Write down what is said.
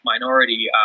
minority